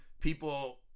people